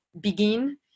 begin